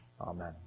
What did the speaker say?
Amen